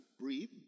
breathe